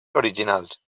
originals